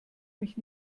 mich